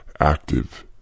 active